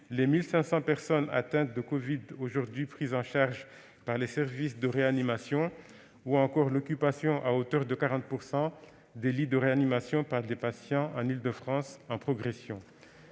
les 1 500 personnes atteintes par le covid-19 aujourd'hui prises en charge par les services de réanimation, ou encore l'occupation à hauteur de 40 % des lits de réanimation par des patients en Île-de-France, un taux en progression.